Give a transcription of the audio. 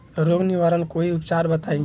रोग निवारन कोई उपचार बताई?